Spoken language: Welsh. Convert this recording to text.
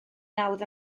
nawdd